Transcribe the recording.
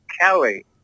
Kelly